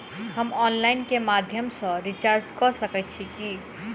हम ऑनलाइन केँ माध्यम सँ रिचार्ज कऽ सकैत छी की?